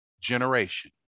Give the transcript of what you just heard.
generation